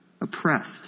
oppressed